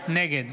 נגד